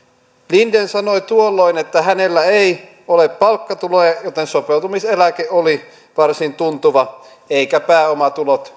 linden sanoi tuolloin että hänellä ei ole palkkatuloja joten sopeutumiseläke oli varsin tuntuva eivätkä pääomatulot